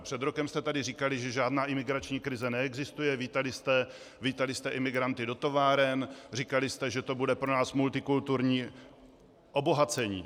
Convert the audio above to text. Před rokem jste tady říkali, že žádná imigrační krize neexistuje, vítali jste imigranty do továren, říkali jste, že to bude pro nás multikulturní obohacení.